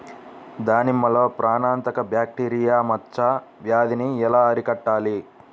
దానిమ్మలో ప్రాణాంతక బ్యాక్టీరియా మచ్చ వ్యాధినీ ఎలా అరికట్టాలి?